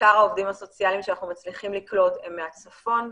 עיקר העובדים הסוציאליים שאנחנו מצליחים לקלוט הם מהצפון,